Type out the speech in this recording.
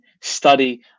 study